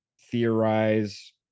theorize